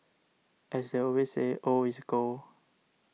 as they always say old is gold